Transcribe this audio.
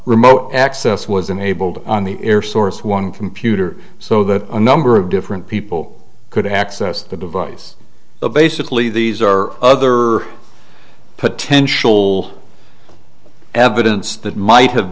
remote access was enabled on the air source one computer so that a number of different people could access the device but basically these are other potential evidence that might have